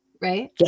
right